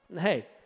Hey